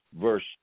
verse